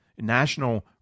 National